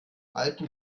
alten